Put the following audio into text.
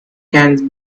can